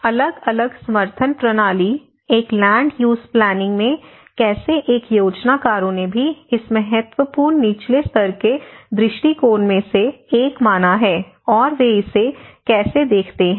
अलग अलग समर्थन प्रणाली एक लैंड यूज़ प्लानिंग में कैसे एक योजनाकारों ने भी इसे महत्वपूर्ण निचले स्तर के दृष्टिकोण में से एक माना है और वे इसे कैसे देखते हैं